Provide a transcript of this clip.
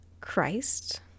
Christ